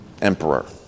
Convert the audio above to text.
Emperor